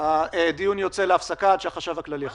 הדיון יוצא להפסקה על חזרת החשב הכללי.